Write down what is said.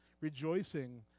Rejoicing